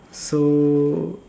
so